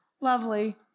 lovely